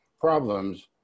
problems